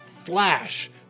flash